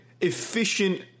efficient